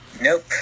Nope